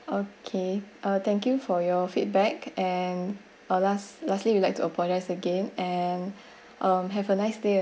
okay uh thank you for your feedback and last lastly I would like to apologize again and um have a nice day